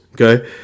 okay